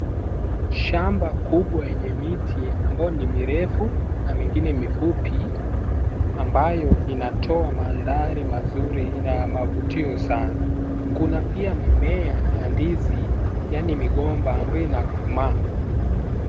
Shamba kubwa enye miti ambao nimirefu, na mingine mifupi, ambayo linatoa mandari mazuri na ya mavutio sana. Kuna pia mimea ya ndizi, yaani migomba ambayo inakomaa